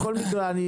בכל מקרה,